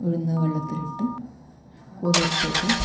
ഉഴുന്ന് വെള്ളത്തിലിട്ട് കുതിർത്തിട്ട്